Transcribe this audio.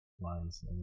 lines